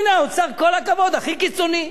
הנה, האוצר, כל הכבוד, הכי קיצוני.